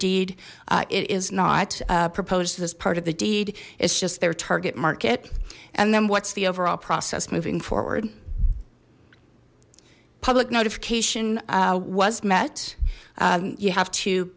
deed it is not proposed as part of the deed it's just their target market and then what's the overall process moving forward public notification was met you have to